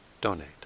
donate